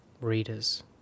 readers